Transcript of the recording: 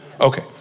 Okay